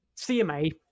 CMA